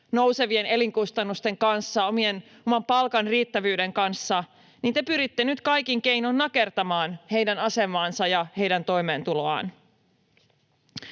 nousevien elinkustannusten kanssa ja oman palkan riittävyyden kanssa, te pyritte nyt kaikin keinoin nakertamaan heidän asemaansa ja toimeentuloaan.